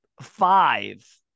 five